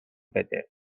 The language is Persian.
بده